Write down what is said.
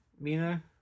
Mina